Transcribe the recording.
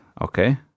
Okay